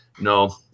No